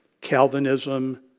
Calvinism